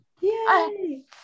Yay